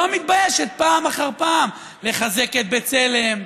שלא מתביישת פעם אחר פעם לחזק את בצלם,